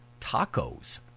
tacos